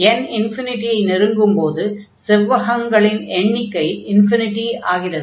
n ஐ நெருங்கும்போது செவ்வகங்களின் எண்ணிக்கை ஆகிறது